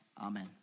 amen